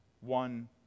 one